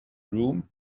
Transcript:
room